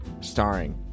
Starring